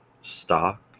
stock